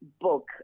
book